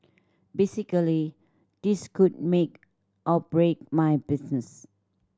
basically this could make or break my business